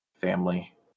family